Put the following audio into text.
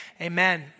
Amen